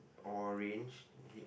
orange is it